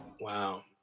Wow